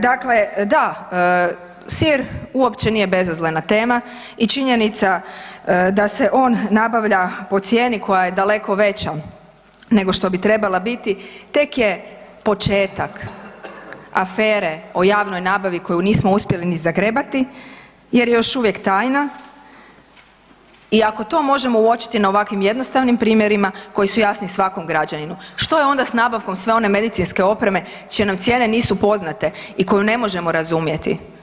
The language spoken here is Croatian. Dakle, da, sir uopće nije bezazlena tema i činjenica da se on nabavlja po cijeni koja je daleko veća nego što bi trebala biti, tek je početak afere o javnoj nabavi koju nismo uspjeli ni zagrebati, jer je još uvijek tajna, i ako to možemo uočiti na ovakvim jednostavnim primjerima koji su jasni svakom građaninu, što je onda s nabavkom sve one medicinske opreme, čine nam cijene nisu poznate i koju ne možemo razumjeti.